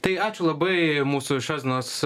tai ačiū labai mūsų šios dienos